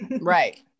Right